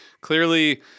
clearly